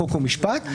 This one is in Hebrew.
חוק ומשפט.".